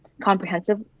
comprehensive